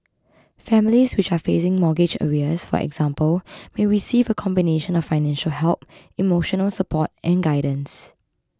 families which are facing mortgage arrears for example may receive a combination of financial help emotional support and guidance